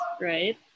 right